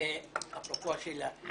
אפרופו השאלה,